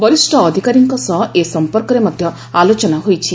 ବରିଷ ଅଧିକାରୀଙ୍କ ସହ ଏ ସମ୍ପର୍କରେ ମଧ୍ଧ ଆଲୋଚନା ହୋଇଛି